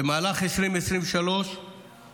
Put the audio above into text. במהלך 2023 הוכרו